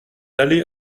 allez